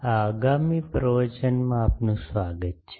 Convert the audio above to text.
આ આગામી પ્રવચનમાં આપનું સ્વાગત છે